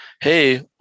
hey